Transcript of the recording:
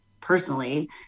personally